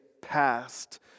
past